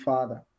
Father